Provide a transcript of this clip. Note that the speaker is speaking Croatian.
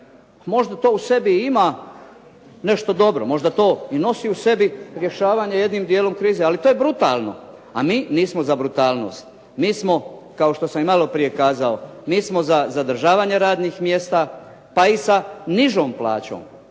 možda to u sebi ima nešto dobro, možda to i nosi u sebi rješavanje jednim dijelom krize, ali to je brutalno, a mi nismo za brutalnost. Mi smo, kao što sam i maloprije kazao, mi smo za zadržavanje radnih mjesta, pa i sa nižom plaćom,